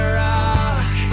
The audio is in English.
rock